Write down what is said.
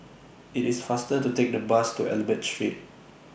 IT IS faster to Take The Bus to Albert Street